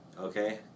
Okay